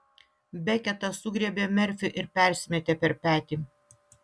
beketas sugriebė merfį ir persimetė per petį